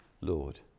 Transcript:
Lord